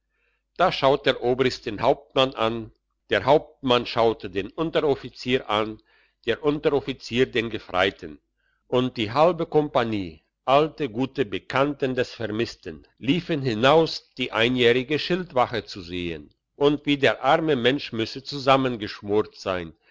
da schaut der obrist den hauptmann an der hauptmann schaute den unteroffizier an der unteroffizier den gefreiten und die halbe kompanie alte gute bekannte des vermissten liefen hinaus die einjährige schildwache zu sehen und wie der arme mensch müsse zusammengeschmoret sein